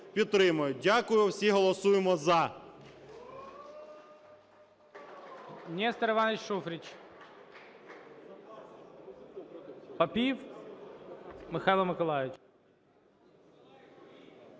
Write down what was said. Дякую. Всі голосуємо "за".